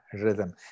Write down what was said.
rhythm